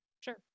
sure